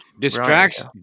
Distracts